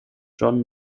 john